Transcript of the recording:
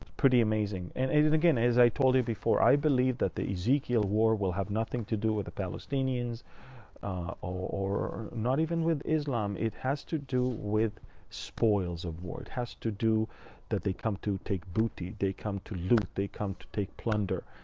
pretty amazing. and it it again, as i told you before, i believe that the ezekiel war will have nothing to do with the palestinians or not even with islam. it has to do with spoils of war. it has to do that they come to take booty they come to loot they come to take plunder,